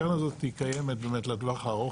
הקרן הזאת היא קיימת באמת לטווח הארוך